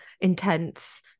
intense